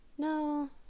no